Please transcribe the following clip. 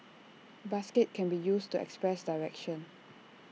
basket can be used to express direction